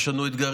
יש לנו אתגרים,